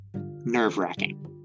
nerve-wracking